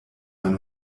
mein